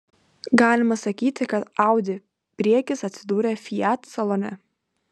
galima sakyti kad audi priekis atsidūrė fiat salone